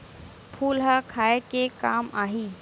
फूल ह खाये के काम आही?